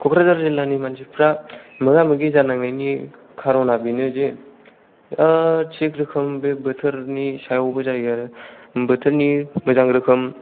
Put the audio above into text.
क'क्राझार जिल्लानि मानसिफ्रा मोगा मोगि जानांनायनि खारनना बेनो जे थिग रोखोम बे बोथोरनि सायावबो जायो आरो बोथोरनि मोजां रोखोम